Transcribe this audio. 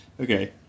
Okay